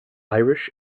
irish